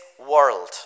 world